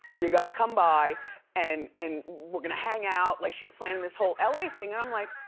you gotta come by and and we're gonna hang out, like she's planned this whole la thing and i'm like,